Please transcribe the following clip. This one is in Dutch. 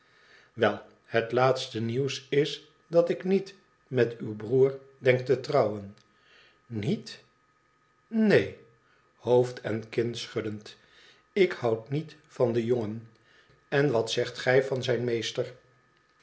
wel het laatste nieuws is dat ik niet met uw broer denk te trouwen niet nee en hoofd en kin schuddend ik houd niet van den jongen n wat zegt gij van zijn meester